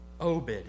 Obed